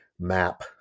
map